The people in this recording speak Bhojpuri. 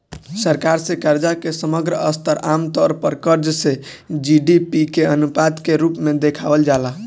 सरकार से कर्जा के समग्र स्तर आमतौर पर कर्ज से जी.डी.पी के अनुपात के रूप में देखावल जाला